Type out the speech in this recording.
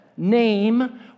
Name